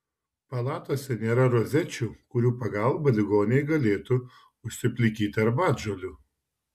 palatose nėra rozečių kurių pagalba ligoniai galėtų užsiplikyti arbatžolių